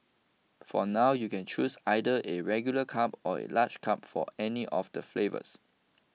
for now you can choose either a regular cup or a large cup for any of the flavours